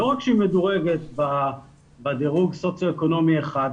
לא רק שהיא מדורגת בדירוג סוציו אקונומי 1,